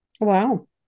Wow